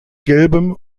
gelbem